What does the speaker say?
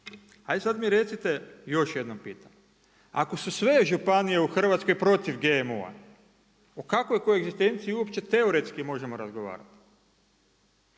Aj sad mi recite, još jedno pitanje, ako se sve županije u Hrvatskoj protiv GMO-a u kakvoj koegzistenciji uopće teoretski možemo razgovarati?